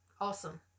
Awesome